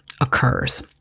occurs